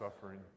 suffering